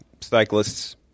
Cyclists